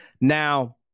Now